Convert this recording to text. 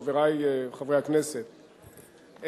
חברי חברי הכנסת,